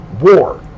War